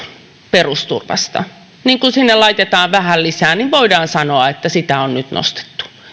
perusturvasta ja sen jälkeen sinne laitetaan vähän lisää niin voidaan sanoa että sitä on nyt nostettu